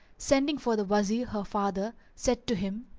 sending for the wazir her father, said to him,